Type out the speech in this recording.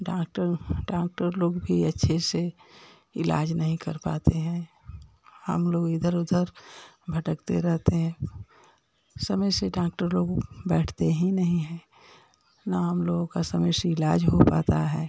doctor doctor लोग भी अच्छे से इलाज़ नहीं कर पाते हैं हम लोग इधर उधर भटकते रहते हैं समय से डाक्टर लोग बैठते ही नहीं हैं न हम लोग का समय से इलाज़ हो पाता है